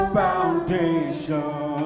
foundation